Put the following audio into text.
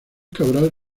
cabral